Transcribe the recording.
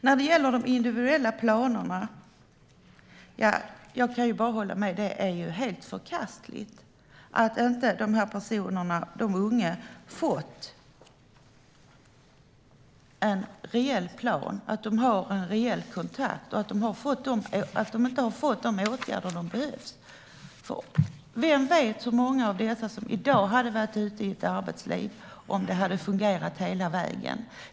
När det gäller de individuella planerna kan jag bara hålla med om att det är helt förkastligt att de här unga personerna inte fått en rejäl plan, att de inte haft ordentlig kontakt med handläggare och inte fått de åtgärder som de behöver. Vem vet hur många av dem som i dag hade varit ute i arbetslivet om det hade fungerat hela vägen?